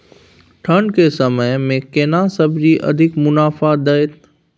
ठंढ के समय मे केना सब्जी अधिक मुनाफा दैत?